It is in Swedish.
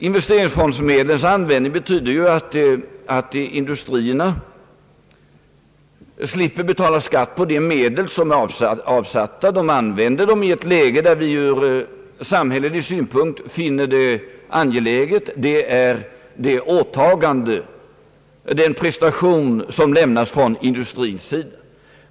Investe ringsfondsmedlens användning betyder att industrierna slipper betala skatt på avsatta medel. De använder dessa medel i ett läge där de ur samhällelig synpunkt finner det angeläget att utnyttja dem. Det är den prestation som lämnas från industrins sida.